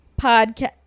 podcast